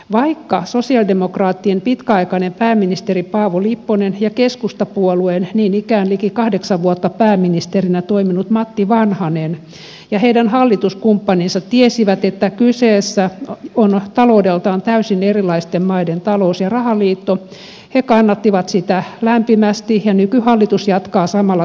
vaikka sosialidemokraattien pitkäaikainen pääministeri paavo lipponen ja keskustapuolueen niin ikään liki kahdeksan vuotta pääministerinä toiminut matti vanhanen ja heidän hallituskumppaninsa tiesivät että kyseessä on taloudeltaan täysin erilaisten maiden talous ja rahaliitto he kannattivat sitä lämpimästi ja nykyhallitus jatkaa samalla tiellä